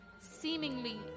seemingly